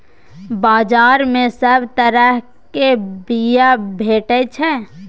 बजार मे सब तरहक बीया भेटै छै